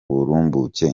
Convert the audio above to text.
burumbuke